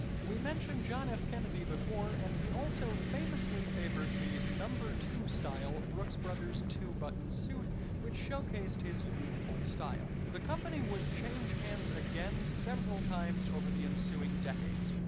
we mentioned john f kennedy before and he also famously favored the number two style brooks brothers two-button suit which showcased his youthful style. the company would change hands again several times over the ensuing decades,